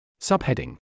Subheading